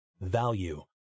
Value